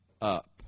up